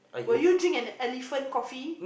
will you drink an elephant coffee